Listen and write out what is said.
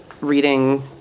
reading